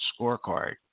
Scorecard